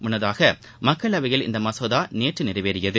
முன்னதாக மக்களவையில் இந்த மசோதா நேற்று நிறைவேறியது